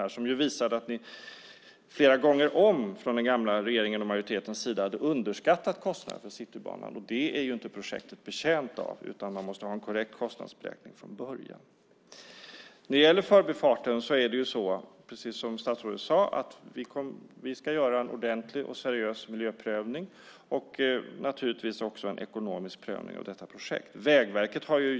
Det visade sig att ni från den gamla regeringens och majoritetens sida flera gånger om hade underskattat kostnaderna för Citybanan. Det är inte projektet betjänt av. Man måste ha en korrekt kostnadsberäkning från början. När det gäller förbifarten är det precis som statsrådet sade. Vi ska göra en ordentlig och seriös miljöprövning och naturligtvis också en ekonomisk prövning av detta projekt.